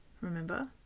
remember